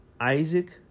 Isaac